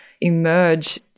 emerge